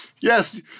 Yes